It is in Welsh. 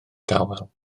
dawel